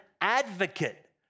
advocate